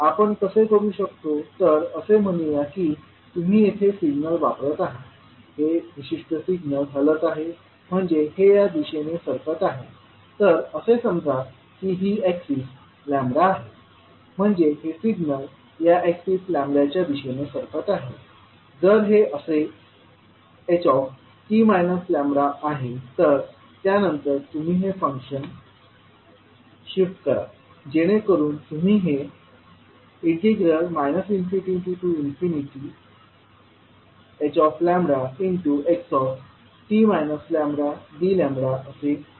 आपण कसे करू शकतो तर असे म्हणूया की तुम्ही येथे सिग्नल वापरत आहात हे विशिष्ट सिग्नल हलत आहे म्हणजे हे या दिशेने सरकत आहे तर असे समजा की ही एक्सिस लॅम्बडा आहे म्हणजे हे सिग्नल या एक्सिस लंबडाच्या दिशेने सरकत आहे जर हे असे ht λ आहे तर त्यानंतर तुम्ही हे फंक्शन शीफ्ट करा जेणेकरुन तुम्ही हे ∞hxt λdλ असे मांडू शकता